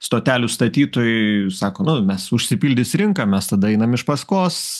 stotelių statytojai sako nu mes užsipildys rinka mes tada einam iš paskos